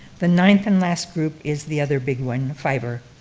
the ninth and last group is the other big one, fiber.